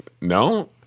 No